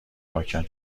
پاکن